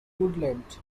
woodland